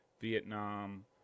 vietnam